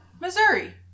Missouri